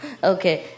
Okay